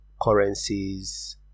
currencies